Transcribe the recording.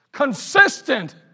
consistent